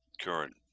current